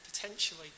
potentially